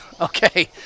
Okay